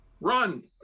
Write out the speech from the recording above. run